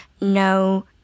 no